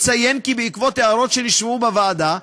אציין כי בעקבות הערות שנשמעו בוועדה,